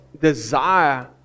desire